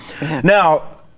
now